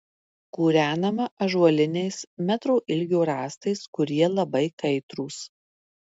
kūrenama ąžuoliniais metro ilgio rąstais kurie labai kaitrūs